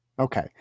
Okay